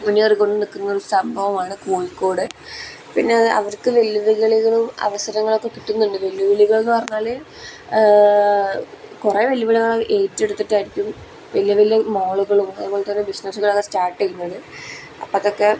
മുന്നേറിക്കൊണ്ട് നിൽക്കുന്നൊരു സംഭവമാണ് കോഴിക്കോട് പിന്നെ അവർക്ക് വെല്ലുവികളികളും അവസരങ്ങളൊക്കെ കിട്ടുന്നുണ്ട് വെല്ലുവിളികൾ എന്ന് പറഞ്ഞാൽ കുറേ വെല്ലുവിളികൾ ഏറ്റെടുത്തിട്ടായിരിക്കും വലിയ വലിയ മോളുകളും അതുപോലെത്തന്നെ ബിസിനസ്സുകളൊക്കെ സ്റ്റാർട്ട് ചെയ്യുന്നത് അപ്പം അതൊക്കെ